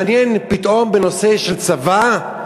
מעניין, פתאום בנושא של צבא,